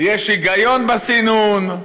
יש היגיון בסינון.